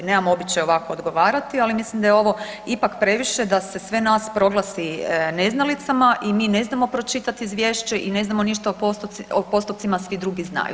Nemam običaj ovako odgovarati, ali mislim da je ovo ipak previše da se sve nas proglasi neznalicama i mi ne znamo pročitati izvješće i ne znamo ništa o postupcima, a svi drugi znaju.